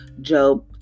Job